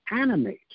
animate